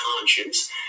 conscience